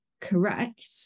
correct